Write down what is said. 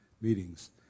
meetings